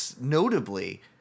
Notably